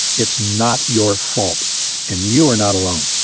it's not your fault and you are not alone.